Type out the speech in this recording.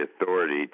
authority